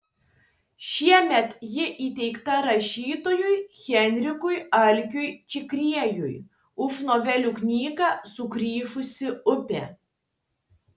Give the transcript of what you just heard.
šiemet ji įteikta rašytojui henrikui algiui čigriejui už novelių knygą sugrįžusi upė